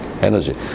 energy